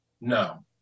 no